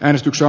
äänestyksen